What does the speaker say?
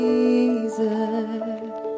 Jesus